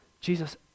Jesus